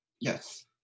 Yes